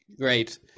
Great